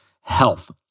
health